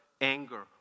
anger